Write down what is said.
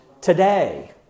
today